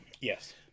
Yes